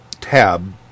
tab